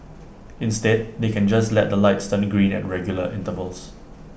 instead they can just let the lights turning green at regular intervals